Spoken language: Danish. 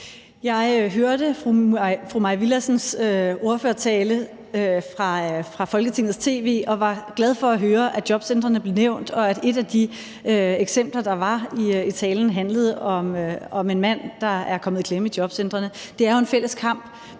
Jeg hørte fru Maj Villadsens ordførertale på Folketingets tv og var glad for at høre, at jobcentrene blev nævnt, og at et af de eksempler, der var i talen, handlede om en mand, der er kommet i klemme i jobcentrene. Det er jo en fælles kamp,